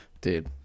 dude